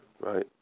Right